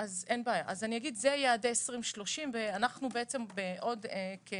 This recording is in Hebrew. זה יעדי 2030. בעוד 8